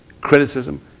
criticism